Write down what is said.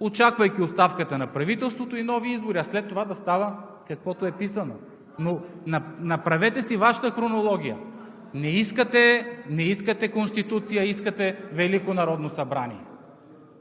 очаквайки оставката на правителството и нови избори, а след това да става каквото е писано… Направете си Вашата хронология. Не искате Конституция, а искате Велико народно събрание.